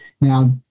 Now